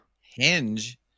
Hinge